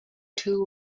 two